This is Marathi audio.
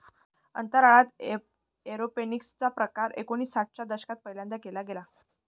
अंतराळात एरोपोनिक्स चा प्रकार एकोणिसाठ च्या दशकात पहिल्यांदा केला गेला